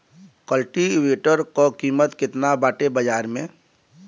कल्टी वेटर क कीमत केतना बाटे बाजार में?